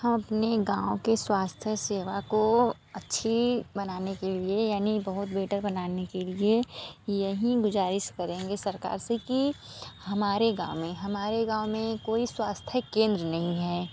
हम अपने गाँव के स्वास्थ्य सेवा को अच्छी बनाने के लिए यानि बहुत बेटर बनाने के लिए यहीं गुज़ारिश करेंगे सरकार से कि हमारे गाँव में हमारे गाँव में कोई स्वास्थ्य केंद्र नहीं हैं